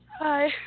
Hi